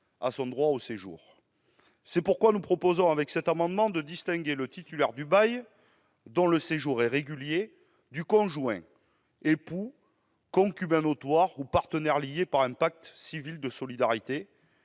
à son droit au séjour. C'est pourquoi nous proposons dans cet amendement de distinguer le titulaire du bail, dont le séjour est régulier, du conjoint- époux, concubin notoire ou partenaire lié par un pacte civil de solidarité